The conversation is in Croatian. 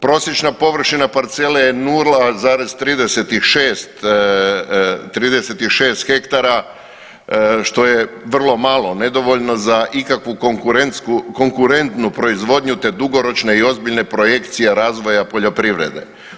Prosječna površina parcele je 0,36 ha što je vrlo malo, nedovoljno za ikakvu konkurentnu proizvodnju, te dugoročne i ozbiljne projekcije razvoja poljoprivrede.